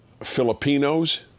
Filipinos